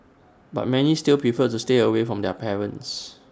but many still preferred to stay away from their parents